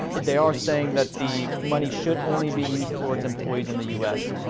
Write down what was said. they are saying that the money should only be used towards employees in the u s,